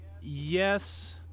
yes